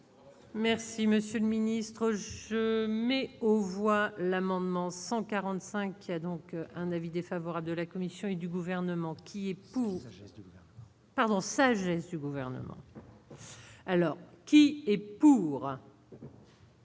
Merci monsieur le ministre, je mets aux voix l'amendement 145 qui a donc un avis défavorable de la Commission et du gouvernement qui, pardon